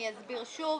אני אסביר שוב,